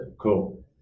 Cool